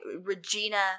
Regina